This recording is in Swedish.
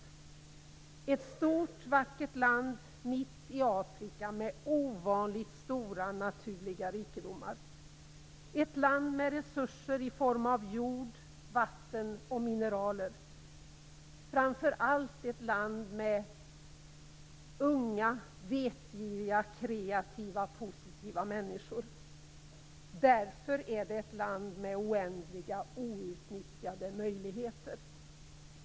Zaire är ett stort vackert land mitt i Afrika med ovanligt stora naturliga rikedomar, ett land med resurser i form av jord, vatten och mineraler, framför allt ett land med unga, vetgiriga, kreativa och positiva människor och därför ett land med oändliga outnyttjade möjligheter.